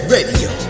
Radio